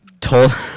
told